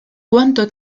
cuánto